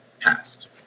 passed